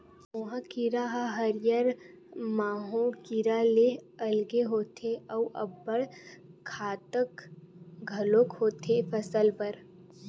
मोहा कीरा ह हरियर माहो कीरा ले अलगे होथे अउ अब्बड़ घातक घलोक होथे फसल बर